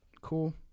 cool